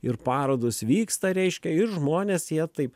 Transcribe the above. ir parodos vyksta reiškia ir žmonės jie taip